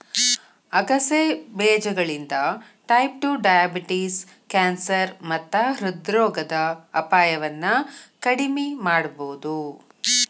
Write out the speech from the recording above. ಆಗಸೆ ಬೇಜಗಳಿಂದ type two diabetes, cancer ಮತ್ತ ಹೃದ್ರೋಗದ ಅಪಾಯವನ್ನ ಕಡಿಮಿ ಮಾಡಬೋದು